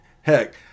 Heck